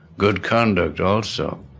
good conduct also,